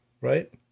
right